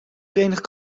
verenigd